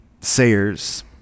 Sayers